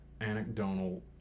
anecdotal